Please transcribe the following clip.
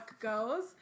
goes